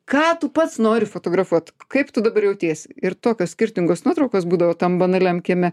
ką tu pats nori fotografuot kaip tu dabar jautiesi ir tokios skirtingos nuotraukos būdavo tam banaliam kieme